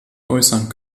äußern